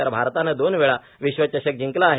तर भारतानं दोन वेळा विश्वचषक जिंकला आहे